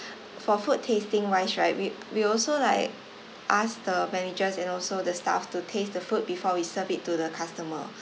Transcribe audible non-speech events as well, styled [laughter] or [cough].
[breath] for food tasting wise right we we also like ask the managers and also the staff to taste the food before we serve it to the customer